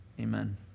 Amen